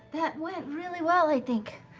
that went really well, i think.